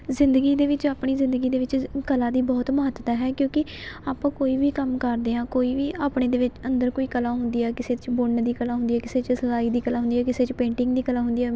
ਜ਼ਿੰਦਗੀ ਦੇ ਵਿੱਚ ਆਪਣੀ ਜ਼ਿੰਦਗੀ ਦੇ ਵਿੱਚ ਕਲਾ ਦੀ ਬਹੁਤ ਮਹੱਤਤਾ ਹੈ ਕਿਉਂਕਿ ਆਪਾਂ ਕੋਈ ਵੀ ਕੰਮ ਕਰਦੇ ਹਾਂ ਕੋਈ ਵੀ ਆਪਣੇ ਦੇ ਵਿੱਚ ਅੰਦਰ ਕੋਈ ਕਲਾ ਹੁੰਦੀ ਹੈ ਕਿਸੇ 'ਚ ਬੁਣਨ ਦੀ ਕਲਾ ਹੁੰਦੀ ਹੈ ਕਿਸੇ 'ਚ ਸਿਲਾਈ ਦੀ ਕਲਾ ਹੁੰਦੀ ਹੈ ਕਿਸੇ 'ਚ ਪੇਂਟਿੰਗ ਦੀ ਕਲਾ ਹੁੰਦੀ ਹੈ